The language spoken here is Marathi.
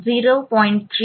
3 ते 0